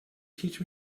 teach